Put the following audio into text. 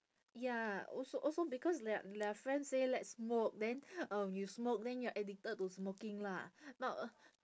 ya also also because their their friend say let's smoke then um you smoke then you're addicted to smoking lah not